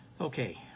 Okay